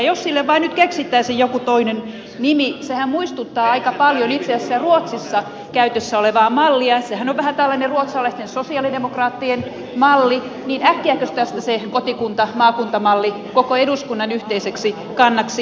jos sille vain nyt keksittäisiin joku toinen nimi sehän muistuttaa itse asiassa aika paljon ruotsissa käytössä olevaa mallia sehän on vähän tällainen ruotsalaisten sosialidemokraattien malli niin äkkiäkös tästä se kotikuntamaakunta malli koko eduskunnan yhteiseksi kannaksi leivottaisiin